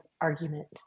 argument